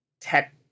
tech